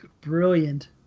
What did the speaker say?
Brilliant